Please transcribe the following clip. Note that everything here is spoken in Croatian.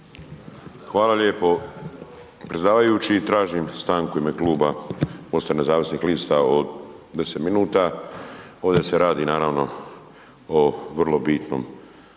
Hvala lijepo predsjedavajući. Tražim stanku u ime Kluba MOST-a nezavisnih lista od 10 minuta. Ovdje se radi naravno o vrlo bitnom,